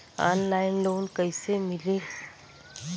Online loan कइसे मिली?